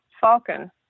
Falcon